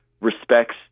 respects